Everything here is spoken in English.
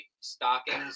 stockings